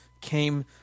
came